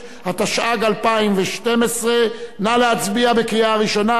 37), התשע"ג 2012, עברה בקריאה ראשונה